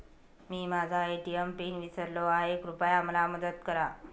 मी माझा ATM pin विसरलो आहे, कृपया मला मदत करा